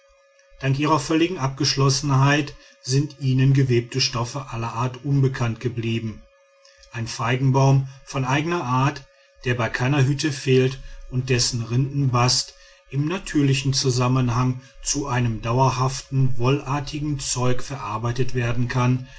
dank ihrer völligen abgeschlossenheit sind ihnen gewebte stoffe aller art unbekannt geblieben ein feigenbaum von eigener art der bei keiner hütte fehlt und dessen rindenbast im natürlichen zusammenhang zu einem dauerhaften wollartigen zeug verarbeitet werden kann